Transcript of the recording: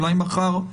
אולי מחר,